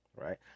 right